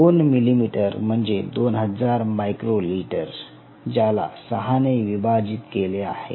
दोन मिलीलीटर म्हणजे दोन हजार मायक्रो लिटर ज्याला 6 ने विभाजित केले आहे